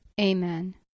Amen